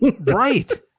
right